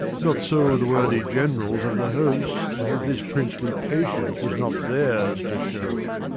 not so the worthy generals of the host this princely patience was not theirs to show.